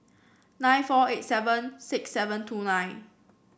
nine four eight seven six seven two nine